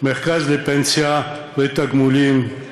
מרכז לפנסיה ותגמולים", "נתיב,